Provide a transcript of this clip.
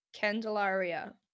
Candelaria